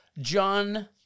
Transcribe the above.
John